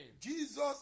Jesus